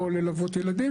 או ללוות ילדים,